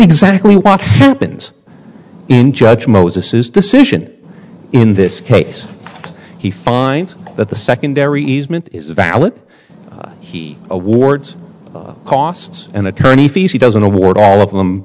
exactly what happens in judge moses's decision in this case he finds that the secondary easement is valid he awards costs and attorney fees he doesn't award all of them